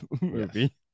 movie